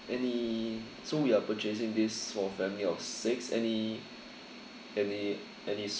any so we are purchasing this for family of six any any any